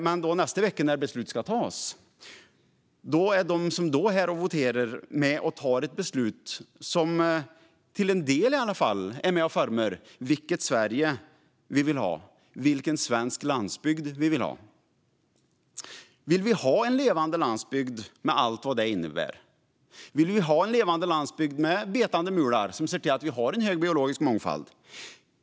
Men nästa vecka när beslutet ska fattas är de som då är här och voterar med om att fatta ett beslut som i alla fall till en del formar vilket Sverige vi vill ha och vilken svensk landsbygd vi vill ha. Vill vi ha en levande landsbygd med allt vad det innebär? Vill vi ha en landsbygd med betande mular som ser till att vi har hög biologisk mångfald?